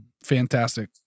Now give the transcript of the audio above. Fantastic